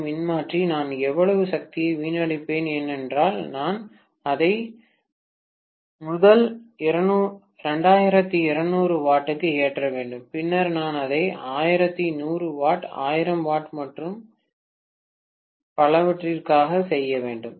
ஏ மின்மாற்றி நான் எவ்வளவு சக்தியை வீணடித்திருப்பேன் ஏனென்றால் நான் அதை முதல் 2200 W க்கு ஏற்ற வேண்டும் பின்னர் நான் அதை 1100 W 1000 W மற்றும் பலவற்றிற்காக செய்ய வேண்டும்